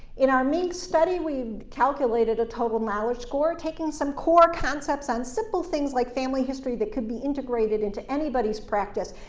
in our minc study, we calculated a total knowledge score, taking some core concepts on simple things like family history that could be integrated into anybody's practice,